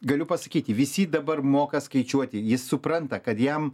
galiu pasakyti visi dabar moka skaičiuoti jis supranta kad jam